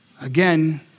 Again